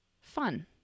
fun